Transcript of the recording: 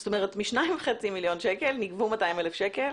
זאת אומרת מ-2.5 מיליון שקל נגבו 200,000 שקל